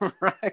Right